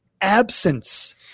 absence